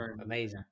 amazing